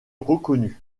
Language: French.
reconnut